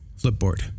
flipboard